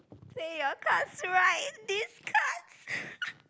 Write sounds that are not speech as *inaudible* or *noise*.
play your cards right this cards *noise*